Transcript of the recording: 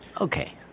Okay